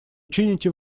чините